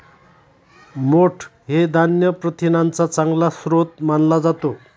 मोठ हे धान्य प्रथिनांचा चांगला स्रोत मानला जातो